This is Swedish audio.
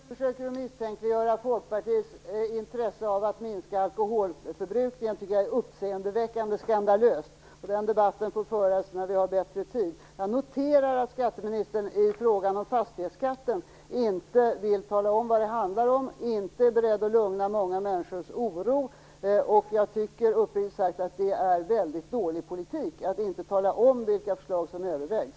Herr talman! Att skatteministern försöker att misstänkliggöra Folkpartiets intresse av att minska alkoholförbrukningen är uppseendeväckande skandalöst. Den debatten får föras när vi har bättre med tid. Jag noterar att skatteministern i frågan om fastighetsskatten inte vill tala om vad det handlar om och inte är beredd att lugna många människors oro. Jag tycker uppriktigt sagt att det är väldigt dålig politik att inte tala om vilka förslag som övervägs.